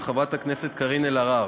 של חברת הכנסת קארין אלהרר.